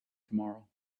tomorrow